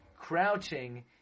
crouching